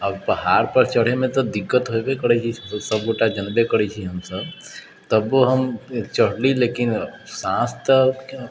आ पहाड़ पर चढ़ैमे तऽ दिक्कत होइबे करै छै सभ गोटा जनबै करै छी हम सभ तब्बो हम चढ़लीह लेकिन साँस तऽ